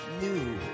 new